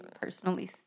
personally